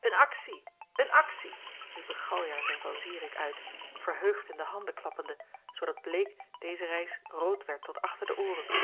een aktie een aktie riepen galjart en van zirik uit verheugd in de handen klappende zoodat bleek deze reis rood werd tot achter de ooren